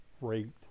raped